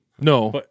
No